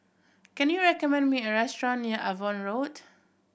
can you recommend me a restaurant near Avon Road